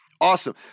Awesome